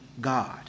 God